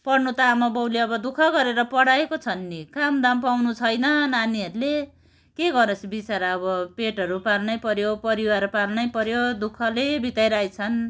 पढ्नु त आमा बाउले अब दुःख गरेर पढाएको छन् नि काम दाम पाउनु छैन नानीहरूले के गरोस् बिचरा अब पेटहरू पाल्नै पर्यो परिवार पाल्नै पर्यो दुःखले बिताइरहेछन्